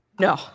No